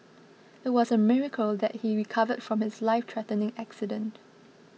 it was a miracle that he recovered from his lifethreatening accident